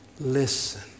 listen